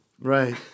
Right